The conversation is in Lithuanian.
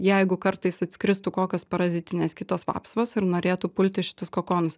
jeigu kartais atskristų kokios parazitinės kitos vapsvos ir norėtų pulti šitus kokonus